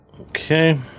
Okay